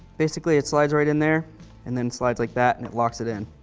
basically, it slides right in there and then slides like that and it locks it in,